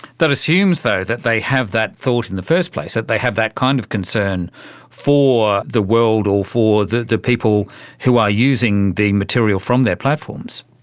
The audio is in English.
that assumes though that they have that thought in the first place, that they have that kind of concern for the world or for the the people who are using the material from their platforms.